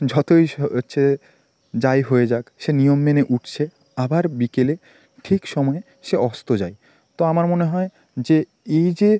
যতই হচ্ছে যাই হয়ে যাক সে নিয়ম মেনে উঠছে আবার বিকেলে ঠিক সময়ে সে অস্ত যায় তো আমার মনে হয় যে এই যে